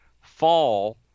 fall